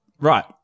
right